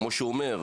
כמו שהוא אומר,